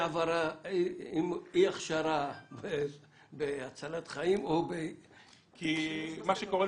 אי הכשרה בהצלת חיים או שימוש במכשיר סלולרי.